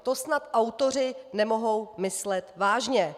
To snad autoři nemohou myslet vážně!